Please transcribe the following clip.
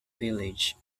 village